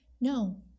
No